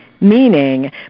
meaning